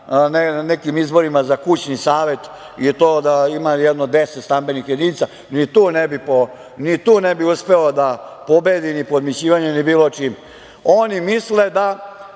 nekim izborima za kućni savet i to ako ima deset stambenih jedinica, ni tu ne bi uspeo da pobedi, ni podmićivanjem ni bilo čime, oni misle da